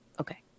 Okay